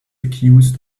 accused